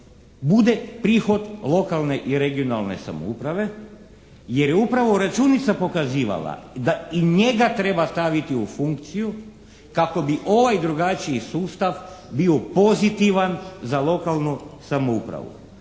bude prihod lokalne i regionalne samouprave jer je upravo računica pokazivala da i njega treba staviti u funkciju kako bi ovaj drugačiji sustav bio pozitivan za lokalnu samoupravu